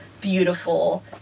beautiful